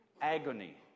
agony